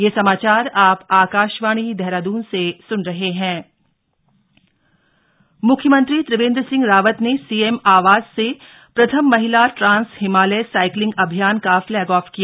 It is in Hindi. साइकिल अभियान म्ख्यमंत्री त्रिवेन्द्र सिंह रावत ने सीएम आवास से प्रथम महिला ट्रांस हिमालय साइकिलिंग अभियान का फ्लैग ऑफ किया